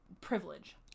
privilege